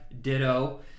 ditto